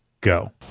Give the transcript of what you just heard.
go